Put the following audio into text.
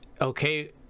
okay